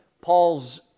Paul's